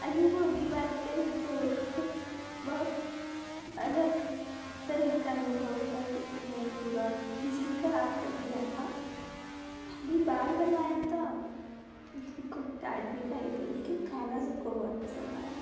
अनुभव की बात करें तो बहुत अलग तरह का अनुभव था क्योंकि मैंने पूरा किचन खराब कर दिया था पहली बार बनाया था डांट भी खाई थी लेकिन खाना सबको बहुत पसंद आया